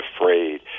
afraid